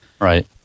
Right